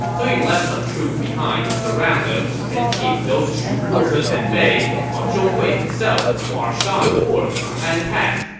so he left some troops behind to surround them and keep those shu forces at bay, while zhong hui himself marched on toward yang'an pass,